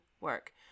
work